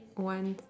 one